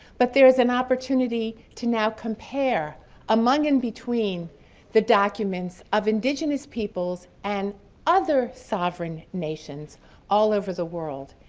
but there's an opportunity to now compare among and between the documents of indigenous peoples and other sovereign nations all over the world.